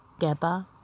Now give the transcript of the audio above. Geba